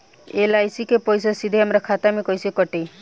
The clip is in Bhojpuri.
एल.आई.सी के पईसा सीधे हमरा खाता से कइसे कटी?